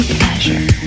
Pleasure